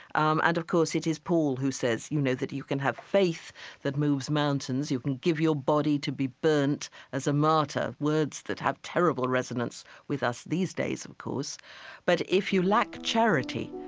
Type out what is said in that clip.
um and, of course, it is paul who says, you know, that you can have faith that moves mountains, you can give your body to be burnt as a martyr words that have terrible resonance with us these days, of course but if you lack charity,